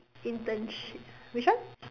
internship which one